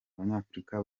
abanyafurika